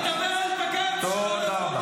חבר הכנסת קריב, תודה.